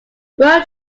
road